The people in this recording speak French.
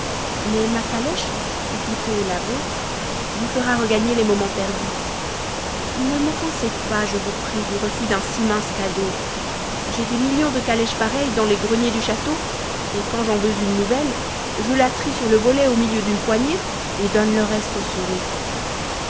mais ma calèche ou plutôt la vôtre vous fera regagner les moments perdus ne m'offensez pas je vous prie du refus d'un si mince cadeau j'ai des millions de calèches pareilles dans les greniers du château et quand j'en veux une nouvelle je la trie sur le volet au milieu d'une poignée et donne le reste aux souris